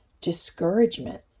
discouragement